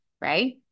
right